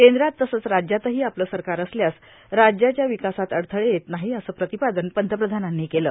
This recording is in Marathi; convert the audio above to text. केंद्रात तसंच राज्यातही आपलं सरकार असल्यास राज्याचा विकासात अडथळे येत नाही असं प्रतिपादन पंतप्रधानांनी केलं